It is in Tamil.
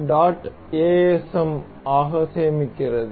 asm ஆக சேமிக்கிறது